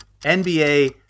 NBA